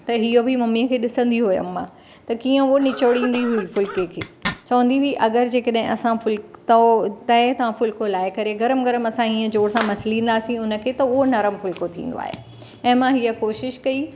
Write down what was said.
त इहो बि मम्मी खे ॾिसंदी हुअमि मां त कीअं उहो निचोड़ींदी हुई फुल्के खे चवंदी हुई अगरि जे कॾहिं असां फुल्को तओ तए था फुल्को लाइ करे गरमु गरमु असां इअं जोर सां मसलींदासीं हुनखे त उहो नरमु फुल्को थींदो आहे ऐं मां हीअं कोशिशि कई